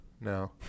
No